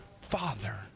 father